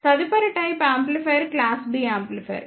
తదుపరి type amplifier class B amplifier